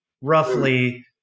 roughly